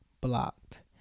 blocked